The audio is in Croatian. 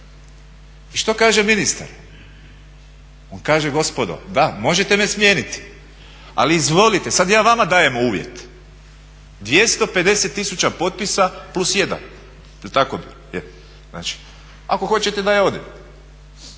I što kaže ministar? On kaže gospodo da, možete me smijeniti ali izvolite, sad ja vama dajem uvjet. 250 000 potpisa plus 1. Jel' tako bilo? Je. Znači, ako hoćete da ja odem.